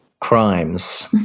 crimes